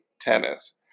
tennis